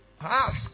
Ask